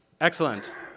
Excellent